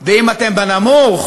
ואם אתם בנמוך,